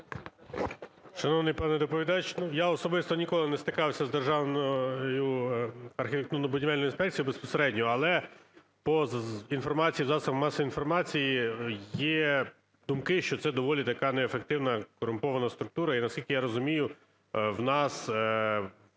Шановний пане доповідач, я особисто ніколи не стикався з Державною архітектурно-будівельною інспекцією безпосередньо. Але по інформації засобів масової інформації є думки, що це доволі така неефективна, корумпована структура. І, наскільки я розумію, у нас в